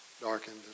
darkened